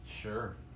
Sure